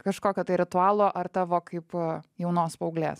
kažkokio tai ritualo ar tavo kaip jaunos paauglės